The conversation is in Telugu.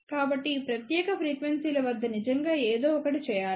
కాబట్టి ఈ ప్రత్యేక ఫ్రీక్వెన్సీ ల వద్ద నిజంగా ఏదో ఒకటి చేయాలి